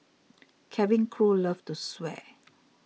cabin crew love to swear